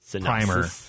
primer